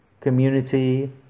community